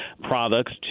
products